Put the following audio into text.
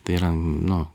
tai yra nu